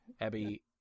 Abby